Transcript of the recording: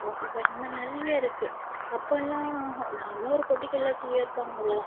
coffee bar இதுமாதிரி நிறைய இருக்குது அப்போலாம் நார்மலாக ஒரு பொட்டி கடையில் டீ விற்பாங்க அவ்வளோதான்